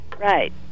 Right